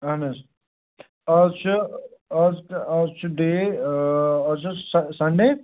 اَہن حظ آز چھُ آز آز چھُ ڈے ٲں آز اوس سنٛڈے